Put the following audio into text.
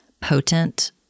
potent